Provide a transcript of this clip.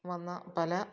വന്ന പല